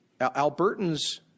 Albertans